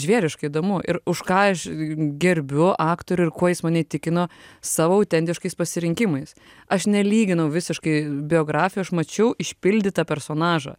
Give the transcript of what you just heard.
žvėriškai įdomu ir už ką aš gerbiu aktorių ir kuo jis mane įtikino savo autentiškais pasirinkimais aš nelyginau visiškai biografijų aš mačiau išpildytą personažą